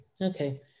Okay